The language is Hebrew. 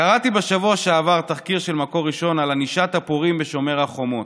קראתי בשבוע שעבר תחקיר של מקור ראשון על ענישת הפורעים בשומר החומות.